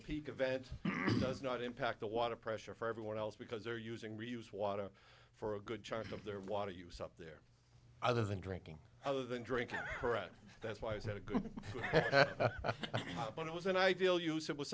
does not impact the water pressure for everyone else because they're using reuse water for a good chunk of their water use up their other than drinking other than drinking correct that's why it's not a good one it was an ideal use it was